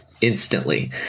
instantly